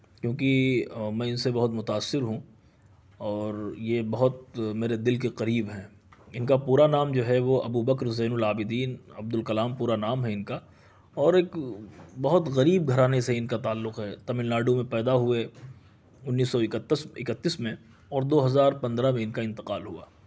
کیونکہ میں ان سے بہت متاثر ہوں اور یہ بہت میرے دل کے قریب ہیں ان کا پورا نام جو ہے وہ ابوبکر زین العابدین عبدالکلام پورا نام ہے ان کا اور ایک بہت غریب گھرانے سے ان کا تعلق ہے تمل ناڈو میں پیدا ہوئے انیس سو اکتس اکتیس میں اور دو ہزار پندرہ میں ان کا انتقال ہوا